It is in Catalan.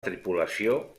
tripulació